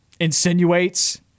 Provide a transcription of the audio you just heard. insinuates